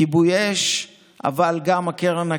כיבוי אש, אבל גם הקרן הקיימת,